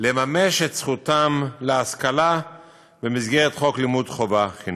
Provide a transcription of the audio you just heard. לממש את זכותם להשכלה במסגרת חוק חינוך חובה חינם.